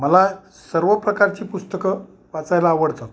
मला सर्व प्रकारची पुस्तकं वाचायला आवडतात